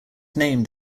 named